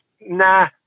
nah